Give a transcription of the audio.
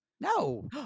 No